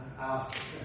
ask